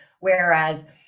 whereas